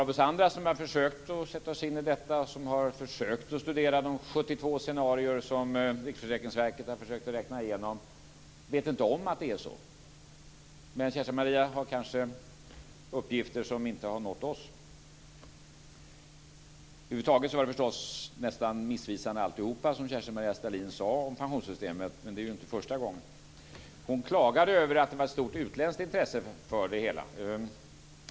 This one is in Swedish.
Vi som har försökt sätta oss in i detta och som har försökt att studera de 72 scenarier som Riksförsäkringsverket har försökt att räkna igenom vet inte om att det är så. Men Kerstin-Maria Stalin har kanske uppgifter som inte har nått oss. Över huvud taget var det mesta som Kerstin Maria Stalin sade om pensionssystemet missvisande. Men det är ju inte första gången. Hon klagade över att det var ett stort utländskt intresse för det hela.